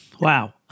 wow